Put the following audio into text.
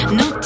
no